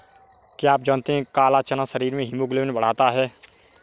क्या आप जानते है काला चना शरीर में हीमोग्लोबिन बढ़ाता है?